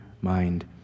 mind